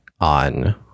on